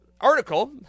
Article